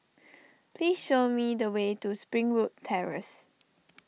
please show me the way to Springwood Terrace